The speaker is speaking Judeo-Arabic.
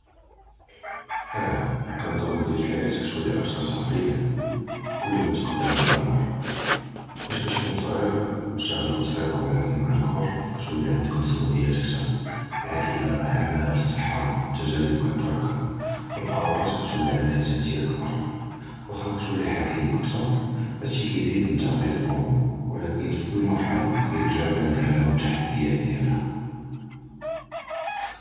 אִיָּא כּנְצַנּ בְּלִי הַחַיַּאת כִּתְוַלִי אַקְּתַר תַּעְקִידָא, כּוּלּ מָא תִּקְדַּמְנָא פִי הַעּוּמְר, פַּאש כִּתְקוּן סְגִיר מְשַאגְלְכּ פְסִיטָה וְלָקִין מַעַ לַכְּבֵּר כִּתְוַלִי עַנְדְכּ מַסְ'אוּלִיָּאת קְתַר, עַאִילַה, אַעְמָאל, סַחָה, תַּגַּארִב כִּתְתְרַאקַּם, וְהַקְּרָארَאת כִּתְוַלִי עַנְדְהָא תְּאַתִיר קְבִיר, וְלָקִין כִּתְוַלִי חַכִּים בְּקְתַּר הַדָּא שִׁי כִּיזִיד מִן תַּעְקִיד הַאֻמוּר, וְלָקִין פִי כּוּלּ מַרְחַלָה כָּאן הַגּ'מָאל דִיָּאלְהָא וְהַתַּחְדִּיַאת דִיָּאלְהָא.